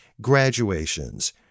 graduations